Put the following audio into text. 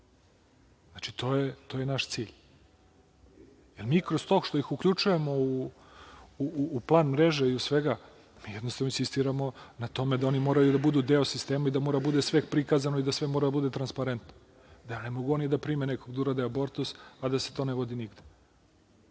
uradio. To je naš cilj. Mi kroz to što ih uključujemo u plan mreže i svega, mi jednostavno insistiramo na tome da oni moraju da budu deo sistema i da mora da bude sve prikazano i da sve mora da bude transparentno, da ne mogu oni da prime nekog da urade abortus, a da se to ne vodi nigde.